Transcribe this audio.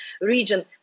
region